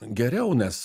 geriau nes